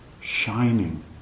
shining